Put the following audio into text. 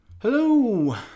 Hello